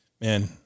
man